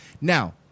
Now